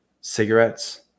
cigarettes